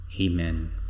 amen